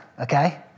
okay